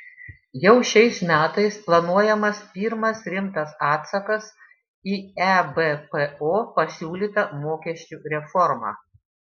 jau šiais metais planuojamas pirmas rimtas atsakas į ebpo pasiūlytą mokesčių reformą